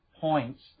points